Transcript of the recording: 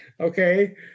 Okay